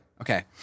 Okay